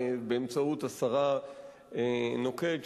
באמצעות השרה נוקד,